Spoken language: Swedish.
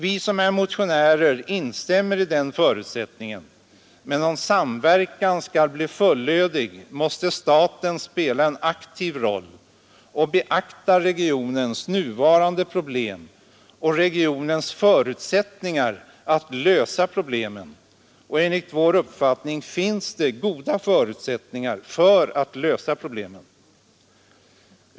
Vi som är motionärer instämmer i den förutsättningen, men om samverkan skall bli fullödig måste staten spela en aktiv roll och beakta regionens nuvarande problem och regionens förutsättningar att lösa problemen.